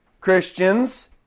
Christians